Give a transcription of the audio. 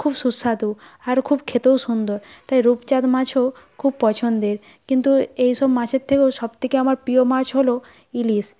খুব সুস্বাদু আর খুব খেতেও সুন্দর তাই রূপচাঁদ মাছও খুব পছন্দের কিন্তু এইসব মাছের থেকেও সবথেকে আমার প্রিয় মাছ হল ইলিশ